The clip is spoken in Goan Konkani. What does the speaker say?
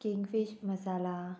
किंगफीश मसाला